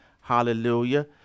hallelujah